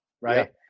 right